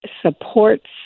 supports